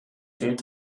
fehlt